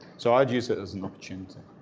so i'd use it as an opportunity.